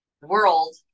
world